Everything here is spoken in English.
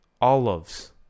olives